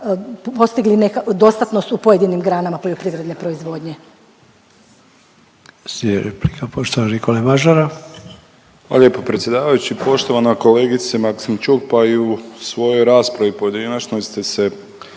postigli dostatnost u pojedinim granama poljoprivredne proizvodnje.